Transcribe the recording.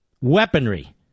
weaponry